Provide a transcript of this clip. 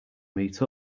meet